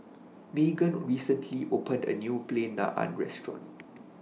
Maegan recently opened A New Plain Naan Restaurant